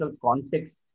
context